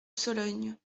sologne